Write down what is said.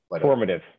formative